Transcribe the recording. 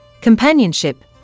companionship